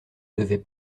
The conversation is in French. devait